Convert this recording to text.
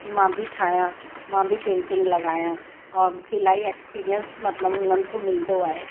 कि मां बि ठाहियां मां बि पेंटिंग लॻायां और मूंखे अलाई एक्सपीरीएंस मतिलबु उन्हनि खां मिलंदो आहे